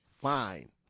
fine